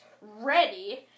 ready